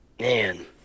man